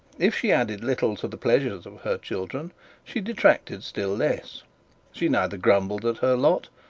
if she added little to the pleasures of her children she detracted still less she neither grumbled at her lot,